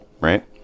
right